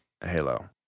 Halo